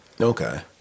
Okay